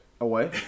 away